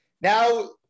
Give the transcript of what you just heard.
Now